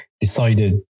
decided